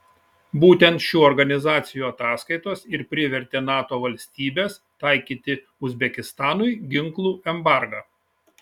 būtent šių organizacijų ataskaitos ir privertė nato valstybes taikyti uzbekistanui ginklų embargą